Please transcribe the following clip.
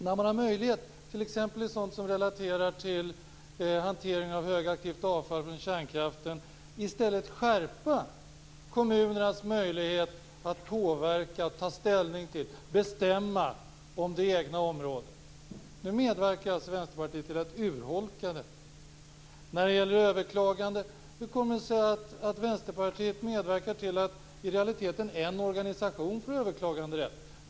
När man har möjlighet, t.ex. i fråga om sådant som relaterar till hanteringen av högaktivt avfall från kärnkraften, att skärpa kommunernas möjlighet att påverka, ta ställning till och bestämma om det egna området, medverkar Vänsterpartiet till att urholka detta. När det gäller överklagande: Hur kommer det sig att Vänsterpartiet medverkar till att i realiteten en organisation får överklaganderätt?